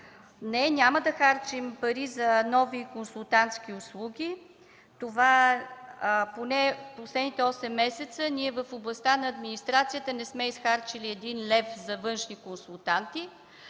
Не, няма да харчим пари за нови консултантски услуги. През последните осем месеца в областта на администрацията не сме изхарчили и един лев за външни консултанти.